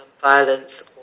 violence